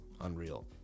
unreal